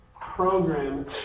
program